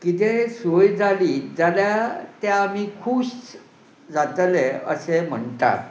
कितेंय सोय जाली जाल्यार ते आमी खूश जातले अशें म्हणटात